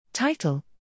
Title